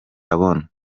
abona